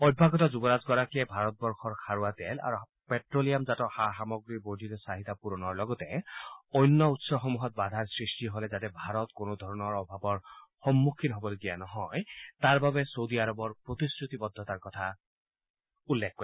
অভ্যাগত যুৱৰাজগৰাকীয়ে লগতে ভাৰতবৰ্যৰ খাৰুৱা তেল আৰু পেট্ট'লিয়ামজাত সা সামগ্ৰীৰ বৰ্ধিত চাহিদা পূৰণৰ লগতে অন্য উৎসসমূহত বাধাৰ সৃষ্টি হ'লে যাতে ভাৰত কোনোধৰণৰ অভাৱৰ সন্মুখীন হ'বলগীয়া নহয় তাৰবাবে চৌদি আৰৱৰ প্ৰতিশ্ৰুতিবদ্ধতাৰ কথা উল্লেখ কৰে